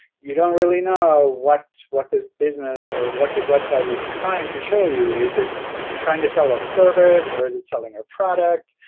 you don't really know what what this business or what this website is trying to show you. is it trying to sell a service or is it selling a product?